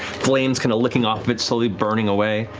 flames kind of licking off of it, slowly burning away.